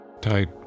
Tight